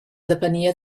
depenia